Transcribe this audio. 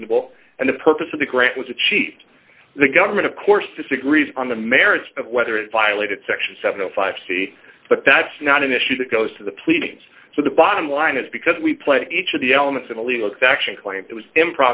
reasonable and the purpose of the grant was achieved the government of course disagrees on the merits of whether it violated section seven o five c but that's not an issue that goes to the pleadings so the bottom line is because we play each of the elements in a legal action claim it was im